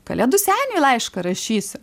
kalėdų seniui laišką rašysi